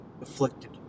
Afflicted